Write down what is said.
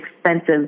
expensive